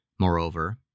Moreover